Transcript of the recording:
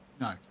No